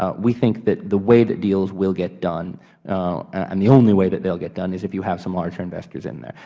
ah we think that the way that deals will get done and the only way that they will get done is if you have some large investors in there.